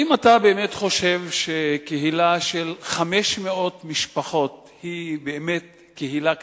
האם אתה חושב שקהילה של 500 משפחות היא באמת קהילה קטנה?